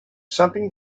something